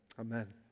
Amen